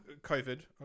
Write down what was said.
COVID